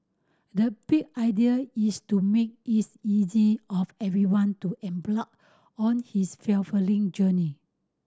the big idea is to make is easy of everyone to on his fulfilling journey